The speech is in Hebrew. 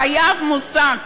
חייב להיות מושג